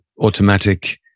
automatic